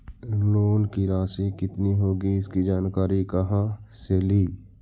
Loan की रासि कितनी होगी इसकी जानकारी कहा से ली?